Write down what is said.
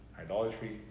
idolatry